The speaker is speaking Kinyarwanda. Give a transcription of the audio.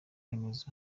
remezo